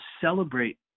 celebrate